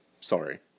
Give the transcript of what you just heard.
Sorry